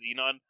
Xenon